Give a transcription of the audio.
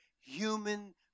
human